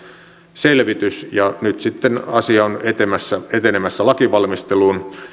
selvitys ja nyt sitten asia on etenemässä etenemässä lakivalmisteluun